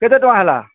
କେତେ ଟଙ୍କା ହେଲା